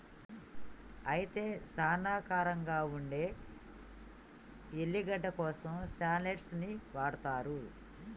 అయితే సానా కారంగా ఉండే ఎల్లిగడ్డ కోసం షాల్లోట్స్ ని వాడతారు